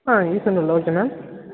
ஆ ஈசனூரில் okay ma'am